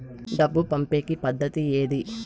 డబ్బు పంపేకి పద్దతి ఏది